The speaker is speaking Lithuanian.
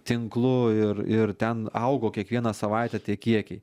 tinklu ir ir ten augo kiekvieną savaitę tie kiekiai